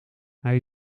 hij